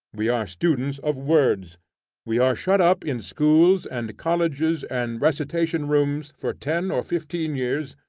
we are students of words we are shut up in schools, and colleges, and recitation-rooms, for ten or fifteen years,